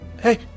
hey